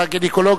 אתה גינקולוג,